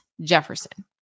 Jefferson